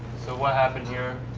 so what happened here?